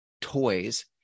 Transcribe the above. toys